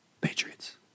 patriots